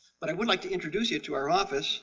but i would like to introduce you to our office